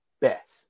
best